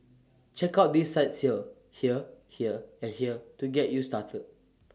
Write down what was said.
check out these sites here here here and here to get you started